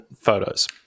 photos